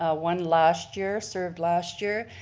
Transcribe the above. ah one last year, served last year.